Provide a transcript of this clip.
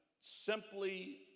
simply